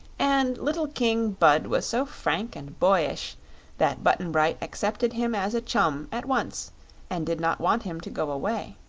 and little king bud was so frank and boyish that button-bright accepted him as a chum at once and did not want him to go away.